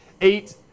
Eight